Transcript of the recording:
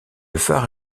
phare